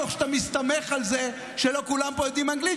תוך שאתה מסתמך על זה שלא כולם פה יודעים אנגלית,